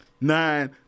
nine